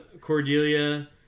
Cordelia